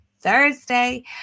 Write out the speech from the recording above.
Thursday